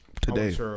Today